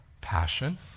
passion